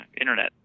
internet